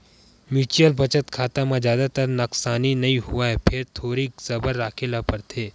mutual बचत खाता म जादातर नसकानी नइ होवय फेर थोरिक सबर राखे ल परथे